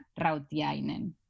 Rautiainen